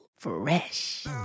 Fresh